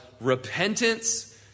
repentance